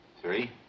Three